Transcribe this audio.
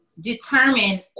determine